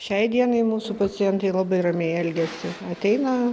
šiai dienai mūsų pacientai labai ramiai elgiasi ateina